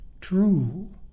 true